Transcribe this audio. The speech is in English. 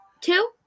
two